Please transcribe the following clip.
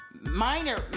minor